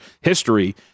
history